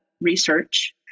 research